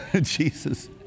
Jesus